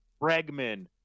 Bregman